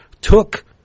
took